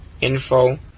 info